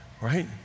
right